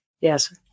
Yes